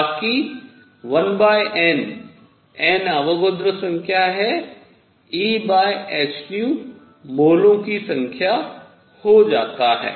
ताकि 1N N Avogadro संख्या है Ehν मोलों की संख्या हो जाता है